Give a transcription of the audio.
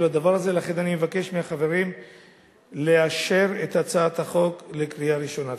אני מבקש מהחברים לאשר את הצעת החוק בקריאה ראשונה.